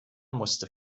musste